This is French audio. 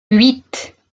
huit